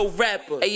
rapper